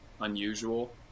unusual